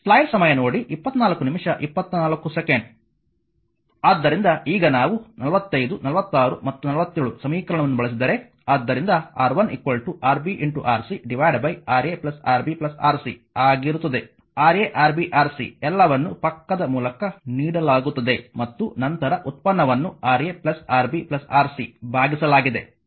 ಆದ್ದರಿಂದ ಈಗ ನಾವು 45 46 ಮತ್ತು 47 ಸಮೀಕರಣವನ್ನು ಬಳಸಿದರೆ ಆದ್ದರಿಂದ R1 Rb Rc Ra Rb Rc ಆಗಿರುತ್ತದೆ Ra Rb Rc ಎಲ್ಲವನ್ನೂ ಪಕ್ಕದ ಮೂಲಕ ನೀಡಲಾಗುತ್ತದೆ ಮತ್ತು ನಂತರ ಉತ್ಪನ್ನವನ್ನು Ra Rb Rc ಭಾಗಿಸಲಾಗಿದೆ